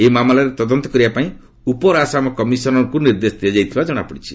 ଏହି ମାମଲାର ତଦନ୍ତ କରିବା ପାଇଁ ଉପରଆସାମ କମିଶନରଙ୍କୁ ନିର୍ଦ୍ଦେଶ ଦିଆଯାଇଥିବା ଜଣାପଡିଛି